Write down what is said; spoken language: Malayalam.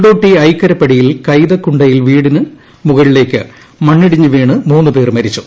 കൊണ്ടോട്ടി ഐക്കരപ്പടിയിൽ കൈതക്കുണ്ടയിൽ വീടിന് മുകളിലേക്ക് മണ്ണിടിഞ്ഞു വീണ് മൂന്ന് പേർ മരിച്ചു